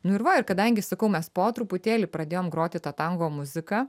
nu ir va ir kadangi sakau mes po truputėlį pradėjom groti tą tango muziką